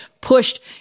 pushed